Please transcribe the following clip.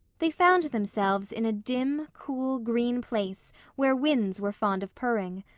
they found themselves in a dim, cool, green place where winds were fond of purring.